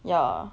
yeah